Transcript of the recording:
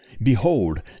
Behold